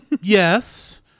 yes